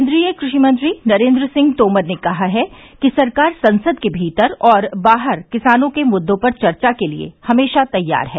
केन्द्रीय कृषि मंत्री नरेंद्र सिंह तोमर ने कहा है कि सरकार संसद के भीतर और बाहर किसानों के मुद्दों पर चर्चा के लिए हमेशा तैयार है